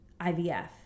IVF